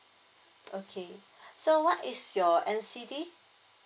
okay so what is your N_C_D